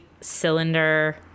Cylinder